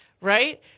right